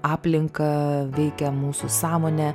aplinką veikia mūsų sąmonę